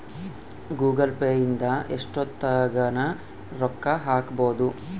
Google Pay ಇಂದ ಎಷ್ಟೋತ್ತಗನ ರೊಕ್ಕ ಹಕ್ಬೊದು